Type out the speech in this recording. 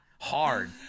Hard